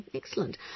excellent